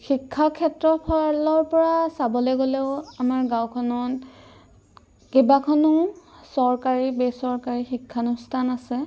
শিক্ষাক্ষেত্ৰ ফালৰ পৰা চাবলৈ গ'লেও আমাৰ গাঁওখনত কেইবাখনো চৰকাৰী বেচৰকাৰী শিক্ষানুষ্ঠান আছে